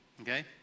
Okay